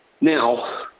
Now